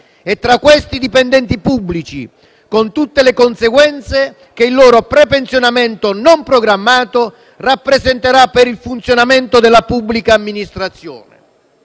e, tra questi, di dipendenti pubblici, con tutte le conseguenze che il loro prepensionamento non programmato rappresenterà per il funzionamento della pubblica amministrazione